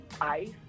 ice